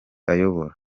ayobora